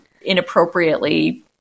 inappropriately